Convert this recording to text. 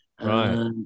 Right